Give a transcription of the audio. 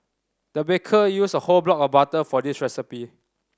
the baker used a whole block of butter for this recipe